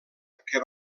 que